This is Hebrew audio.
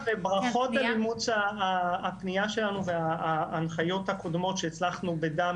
ברכות על אימוץ הפנייה שלנו וההנחיות הקודמות שהצלחנו בדם